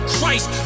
Christ